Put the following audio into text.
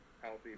healthy